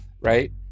Right